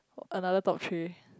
another top three